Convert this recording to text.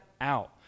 out